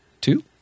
two